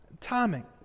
timing